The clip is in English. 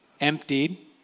Emptied